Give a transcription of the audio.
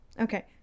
Okay